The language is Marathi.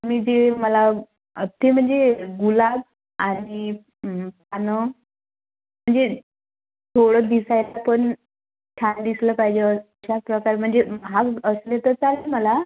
तुम्ही जे मला ते म्हणजे गुलाब आणि पानं म्हणजे थोडं दिसायला पण छान दिसलं पाहिजे अशा प्रकार म्हणजे महाग असले तर चालेल मला